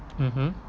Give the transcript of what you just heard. mmhmm